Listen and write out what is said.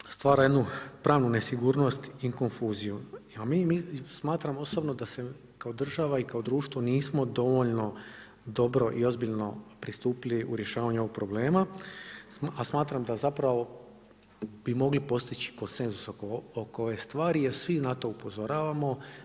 Sve to stvara jednu pravnu nesigurnost i konfuziju, a mi smatramo osobno da se kao država i kao društvo nismo dovoljno dobro i ozbiljno pristupili u rješavanju ovog problema, a smatram da zapravo bi mogli postići konsenzus oko ove stvari jer svi na to upozoravamo.